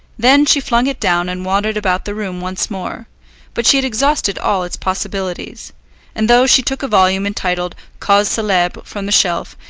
then she flung it down and wandered about the room once more but she had exhausted all its possibilities and though she took a volume entitled causes celebres from the shelf,